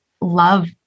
love